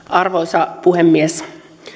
arvoisa puhemies